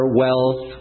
wealth